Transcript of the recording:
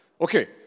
Okay